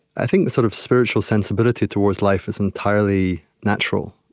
i think the sort of spiritual sensibility towards life is entirely natural,